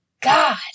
God